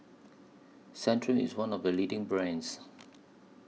Centrum IS one of The leading brands